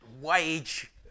wage